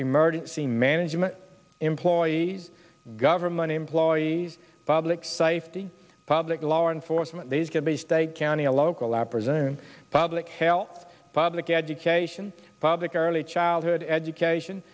emergency management employees government employees public safety public law enforcement these could be state county and local law present public hell public education public early childhood education